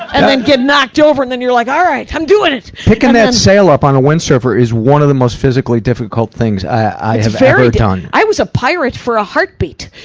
and then get knocked over, and then you're like, alright, i'm doing it! picking that sail up on a windsurfer is one of the most physically difficult things i have ever done. i was a pirate for a heartbeat.